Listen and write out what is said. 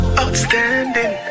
outstanding